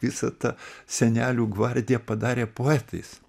visą tą senelių gvardiją padarė poetais